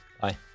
Bye